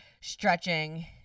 stretching